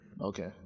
Okay